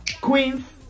Queens